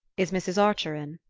is mrs. archer in?